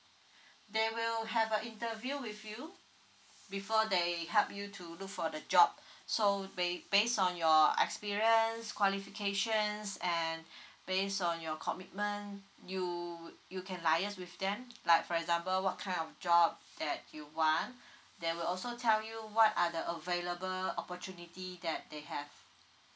they will have a interview with you before they help you to look for the job so they based on your experience qualifications and based on your commitment you you can liaise with them like for example what kind of job that you want they will also tell you what are the available opportunity that they have